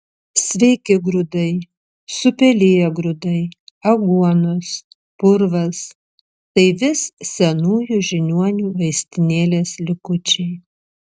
sveiki grūdai supeliję grūdai aguonos purvas tai vis senųjų žiniuonių vaistinėlės likučiai